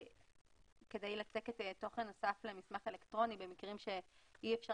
כדי לצקת תוכן נוסף למסמך אלקטרוני במקרים שאי אפשר